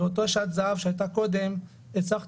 ובאותה שעת הזהב שהייתה קודם הצלחתי